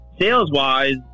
sales-wise